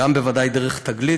גם בוודאי דרך "תגלית",